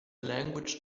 language